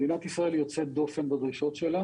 מדינת ישראל יוצאת דופן בדרישות שלה